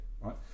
right